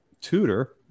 tutor